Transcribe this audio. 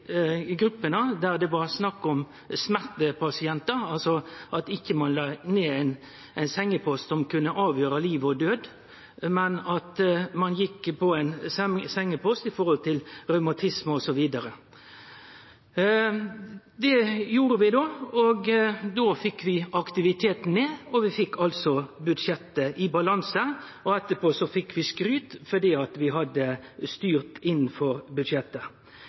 gruppene der det var snakk om smertepasientar, altså at ein ikkje la ned ein sengepost som kunne avgjere liv og død, men at ein gjekk på ein sengepost til revmatisme osv. Det gjorde vi då, og då fekk vi aktiviteten ned, og vi fekk altså budsjettet i balanse. Etterpå fekk vi skryt fordi vi hadde styrt innanfor budsjettet.